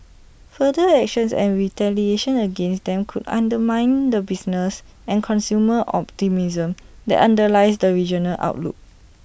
further actions and retaliation against them could undermine the business and consumer optimism that underlies the regional outlook